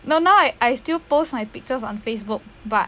no now I still post my pictures on Facebook but